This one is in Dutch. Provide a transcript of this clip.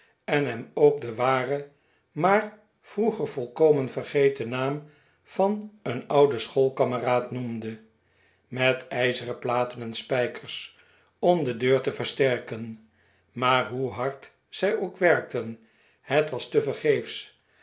van een ouden schoolkameraad noemde met ijzeren platen en spijkers dm de deur te versterken maar hoe hard zij ook werkten